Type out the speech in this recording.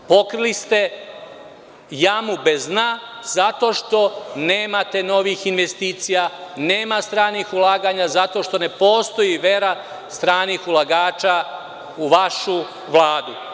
Pokrili ste jamu bez dna zato što nemate novih investicija, nemate stranih ulaganja, zato što ne postoji vera stranih ulagača u vašu Vladu.